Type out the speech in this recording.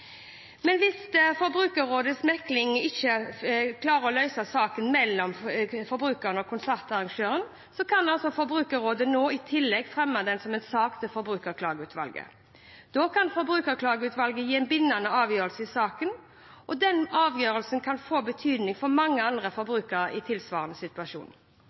Men hvis Forbrukerrådets mekling ikke klarer å løse saken mellom forbrukeren og konsertarrangøren, kan Forbrukerrådet nå i tillegg fremme den som en sak for Forbrukerklageutvalget. Da kan Forbrukerklageutvalget gi en bindende avgjørelse i saken, og den avgjørelsen kan få betydning for mange andre forbrukere i tilsvarende situasjon.